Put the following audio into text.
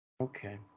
Okay